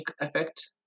effect